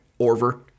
orver